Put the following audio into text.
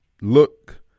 look